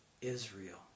Israel